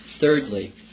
Thirdly